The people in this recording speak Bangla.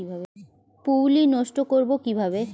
পুত্তলি নষ্ট করব কিভাবে?